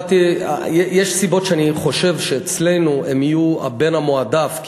יש סיבות שבגללן אני חושב שאצלנו הם יהיו הבן המועדף,